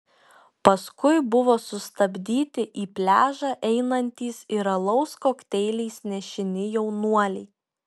paskui buvo sustabdyti į pliažą einantys ir alaus kokteiliais nešini jaunuoliai